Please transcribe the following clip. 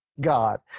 God